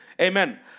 Amen